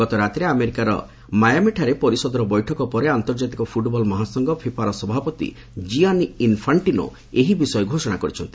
ଗତରାତିରେ ଆମେରିକାର ମାୟାମିଠାରେ ପରିଷଦର ବୈଠକ ପରେ ଆନ୍ତର୍ଜାତିକ ଫୁଟ୍ବଲ ମହାସଂଘ ଫିଫାର ସଭାପତି କିଆନି ଇନ୍ଫାର୍କ୍ଷିନୋ ଏହି ବିଷୟ ଘୋଷଣା କରିଛନ୍ତି